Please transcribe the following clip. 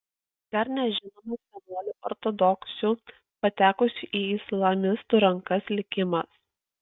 dar nežinomas vienuolių ortodoksių patekusių į islamistų rankas likimas